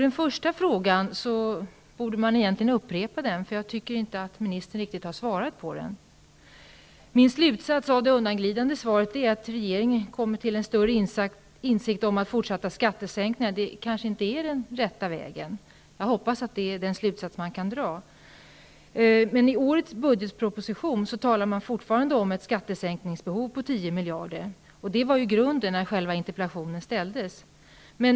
Den första frågan borde man egentligen upprepa -- jag tycker inte att ministern riktigt har svarat på den. Min slutsats av det undanglidande svaret är att regeringen kommit till insikt om att fortsatta skattesänkningar kanske inte är den rätta vägen. Jag hoppas att det är den slutsats man kan dra. Men i årets budgetproposition talar man fortfarande om ett skattesänkningsbehov på 10 miljarder. Det var grunden till att interpellationen ställdes.